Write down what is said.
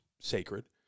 sacred